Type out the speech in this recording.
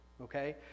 okay